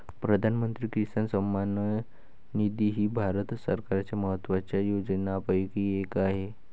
प्रधानमंत्री किसान सन्मान निधी ही भारत सरकारच्या महत्वाच्या योजनांपैकी एक आहे